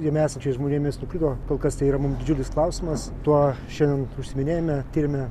jame esančiais žmonėmis nukrito kol kas tai yra mum didžiulis klausimas tuo šiandien užsiiminėjame tiriame